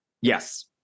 Yes